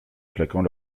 claquant